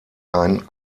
ein